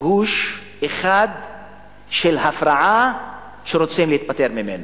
גוש אחד של הפרעה שרוצים להתפטר ממנו.